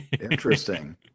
interesting